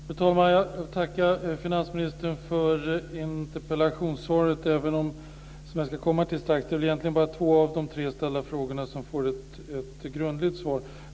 Fru talman! Jag tackar finansministern för interpellationssvaret, även om det egentligen bara är två av de tre ställda frågorna som får ett grundligt svar.